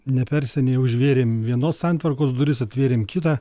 neperseniai užvėrėm vienos santvarkos duris atvėrėm kitą